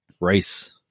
race